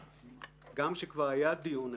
גם כשכבר היה דיון אחד,